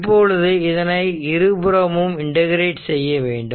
இப்பொழுது இதனை இருபுறமும் இன்டெகிரெட் செய்ய வேண்டும்